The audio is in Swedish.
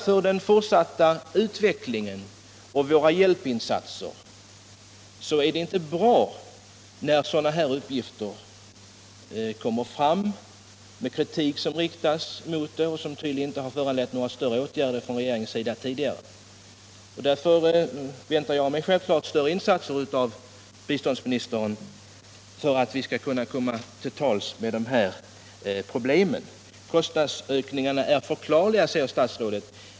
För den fortsatta utvecklingen av våra hjälpinsatser är det, menar jag, inte bra när sådana här uppgifter kommer fram och när den kritik som framställts tydligen inte föranlett några mer omfattande åtgärder från regeringens sida tidigare. Därför väntar jag mig självfallet större insatser av biståndsministern för att vi skall komma åt de här problemen. Kostnadsökningarna är förklarliga, säger statsrådet.